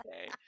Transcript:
Okay